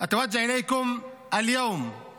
בשפה הערבית, להלן תרגומם:)